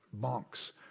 monks